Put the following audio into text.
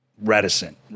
reticent